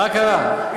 מה קרה?